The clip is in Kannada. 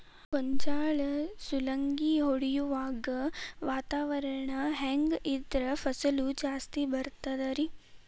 ಗೋಂಜಾಳ ಸುಲಂಗಿ ಹೊಡೆಯುವಾಗ ವಾತಾವರಣ ಹೆಂಗ್ ಇದ್ದರ ಫಸಲು ಜಾಸ್ತಿ ಬರತದ ರಿ?